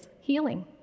healing